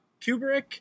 Kubrick